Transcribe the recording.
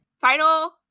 Final